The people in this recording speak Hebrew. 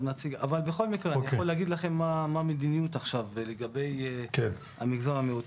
בכל מקרה אני יכול להגיד לכם מה המדיניות עכשיו לגבי מגזר המיעוטים.